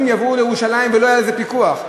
יועברו לירושלים ולא יהיה על זה פיקוח?